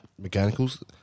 mechanicals